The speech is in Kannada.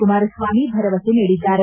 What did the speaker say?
ಕುಮಾರಸ್ವಾಮಿ ಭರವಸೆ ನೀಡಿದ್ದಾರೆ